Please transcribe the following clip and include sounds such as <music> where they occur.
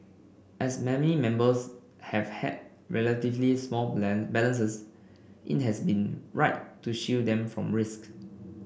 as many members have had relatively small <unintelligible> balances it has been right to shield them from risk